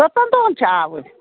کٔژَن دۄہَن چھِ آوٕرۍ